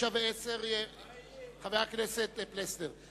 רע"ם-תע"ל וקבוצת סיעת בל"ד לסעיף 1 לא נתקבלה.